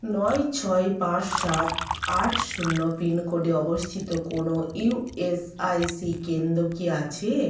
নয় ছয় পাঁচ সাত আট শূন্য পিনকোডে অবস্থিত কোনও ইউ এস আই সি কেন্দ্র কি আছে